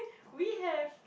we have